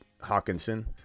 hawkinson